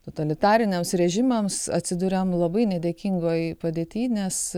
totalitariniams režimams atsiduriam labai nedėkingoj padėty nes